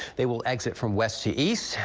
they will exit from west to east.